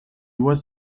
was